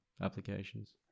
applications